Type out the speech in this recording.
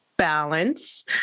balance